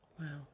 Wow